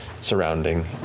surrounding